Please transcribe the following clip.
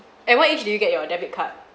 at what age did you get your debit card